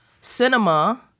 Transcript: Cinema